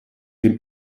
dem